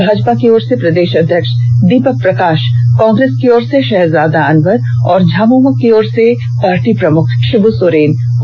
भाजपा की ओर से प्रदेश अध्यक्ष दीपक प्रकाश कांग्रेस की ओर से शहजादा अनवर और झामुमो की ओर से पार्टी प्रमुख शिव् सोरेन उम्मीदवार हैं